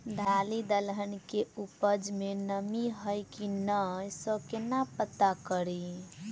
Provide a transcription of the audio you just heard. दालि दलहन केँ उपज मे नमी हय की नै सँ केना पत्ता कड़ी?